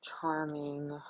charming